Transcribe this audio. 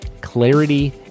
clarity